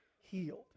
healed